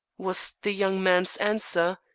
was the young man's answer,